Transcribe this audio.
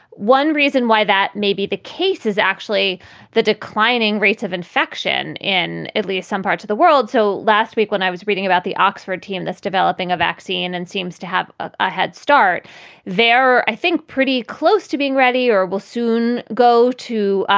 one reason why that may be the case is actually the declining rates of infection in at least some parts of the world. so last week when i was reading about the oxford team that's developing a vaccine and seems to have a head start there, i think pretty close to being ready or will soon go to